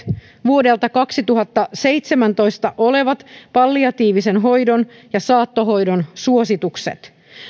vuodelta kaksituhattaseitsemäntoista olevat palliatiivisen hoidon ja saattohoidon suositukset